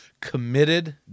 committed